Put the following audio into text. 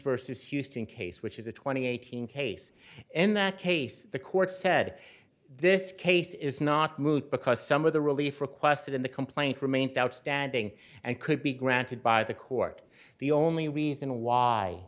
says houston case which is a twenty eight hundred case in that case the court said this case is not moot because some of the relief requested in the complaint remains outstanding and could be granted by the court the only reason why